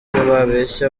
babeshya